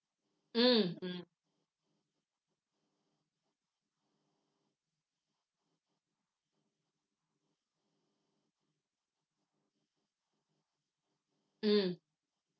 mm mm